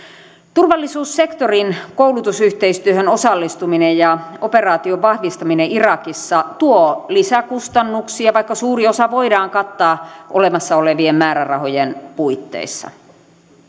turvallisuussektorin koulutusyhteistyöhön osallistuminen ja operaation vahvistaminen irakissa tuo lisäkustannuksia vaikka suuri osa voidaan kattaa olemassa olevien määrärahojen puitteissa